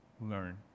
learn